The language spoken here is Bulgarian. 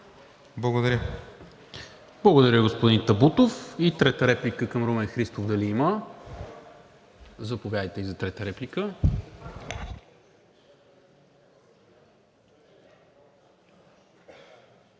МИНЧЕВ: Благодаря, господин Табутов. И трета реплика към Румен Христов дали има? Заповядайте за трета реплика.